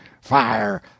Fire